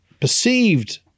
perceived